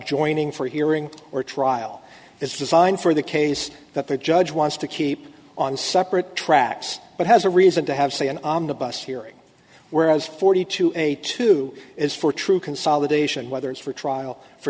joining for a hearing or trial is designed for the case that the judge wants to keep on separate tracks but has a reason to have c in on the bus hearing whereas forty two a two is for true consolidation whether it's for trial for